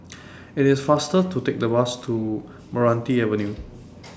IT IS faster to Take The Bus to Meranti Avenue